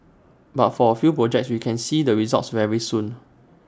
but for A few projects we can see the results very soon